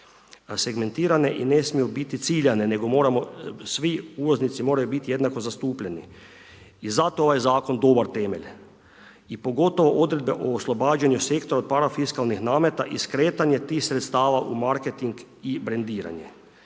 segmentirane i ne smiju biti ciljane, nego svi uvoznici moraju biti jednako zastupljeni i zato je ovaj zakon dobar temelj. I pogotovo odredbe o oslobađanju sektora od parafiskalnih nameta i skretanje tih sredstava u marketing i brendiranje.